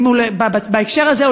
בהקשר הזה,